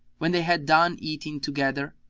when they had done eating together,